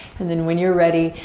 and then when you're ready,